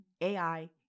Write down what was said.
AI